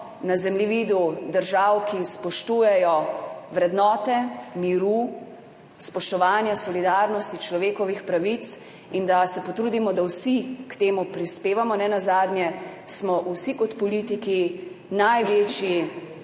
na zemljevidu držav, ki spoštujejo vrednote miru, spoštovanja, solidarnosti, človekovih pravic, in da se potrudimo, da vsi k temu prispevamo, nenazadnje smo vsi kot politiki največji